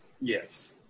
yes